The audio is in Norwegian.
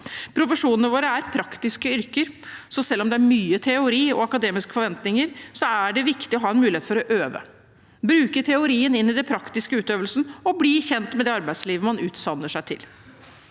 Profesjonene våre er praktiske yrker, så selv om det er mye teori og akademiske forventninger, er det viktig å ha en mulighet for å øve, bruke teorien inn i den praktiske utøvelsen og bli kjent med det arbeidslivet man utdanner seg til.